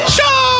Show